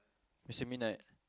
Mister Midnight